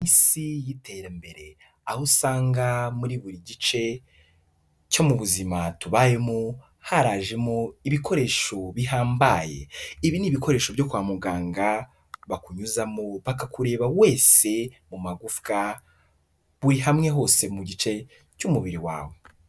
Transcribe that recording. Isi y'iterambere aho usanga muri buri gice cyo mu buzima tubayemo harajemo ibikoresho bihambaye, ibi ni bikoresho byo kwa muganga bakunyuzamo bakakureba wese mu magufwa buri hamwe hose mu gice cy'umubiri wawe.